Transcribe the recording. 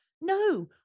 no